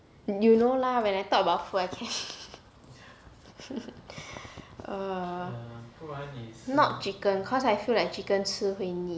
you know lah when I talk about food I can err not chicken cause I feel like chicken 吃会腻